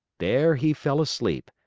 there he fell asleep,